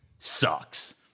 sucks